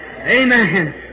Amen